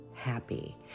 happy